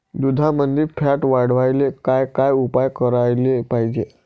दुधामंदील फॅट वाढवायले काय काय उपाय करायले पाहिजे?